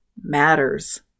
matters